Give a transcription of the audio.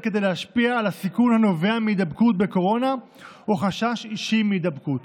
כדי להשפיע על הסיכון הנובע מהידבקות בקורונה או חשש אישי מהידבקות,